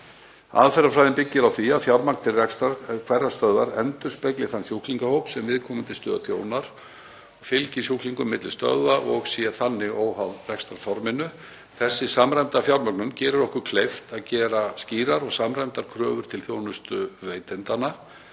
Aðferðafræðin byggir á því að fjármagn til rekstrar hverrar stöðvar endurspegli þann sjúklingahóp sem viðkomandi stöð þjónar, fylgi sjúklingum á milli stöðva og sé þannig óháð rekstrarforminu. Þessi samræmda fjármögnun gerir okkur kleift að gera skýrar og samræmdar kröfur til þjónustuveitendanna